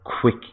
quick